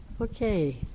Okay